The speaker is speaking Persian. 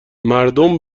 مردم